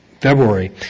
February